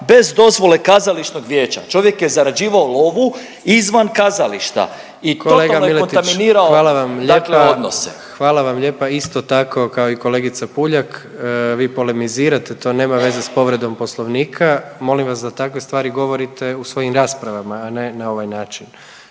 hvala vam lijepa./... kontaminirao dakle odnose. **Jandroković, Gordan (HDZ)** Hvala vam lijepa. Isto tako kao i kolegica Puljak, vi polemizirate, to nema veze s povredom Poslovnika, molim vas da takve stvari govorite u svojim raspravama, a ne na ovaj način.